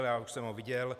Já už jsem ho viděl.